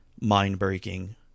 mind-breaking